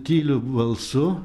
tyliu balsu